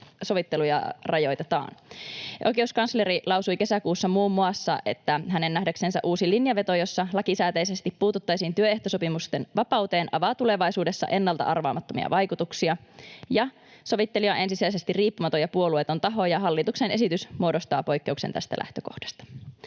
sovitteluja rajoitetaan. Oikeuskansleri lausui kesäkuussa muun muassa, että hänen nähdäksensä uusi linjanveto, jossa lakisääteisesti puututtaisiin työehtosopimusten vapauteen, avaa tulevaisuudessa ennalta arvaamattomia vaikutuksia, ja sovittelija on ensisijaisesti riippumaton ja puolueeton taho, ja hallituksen esitys muodostaa poikkeuksen tästä lähtökohdasta.